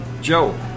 joe